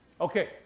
Okay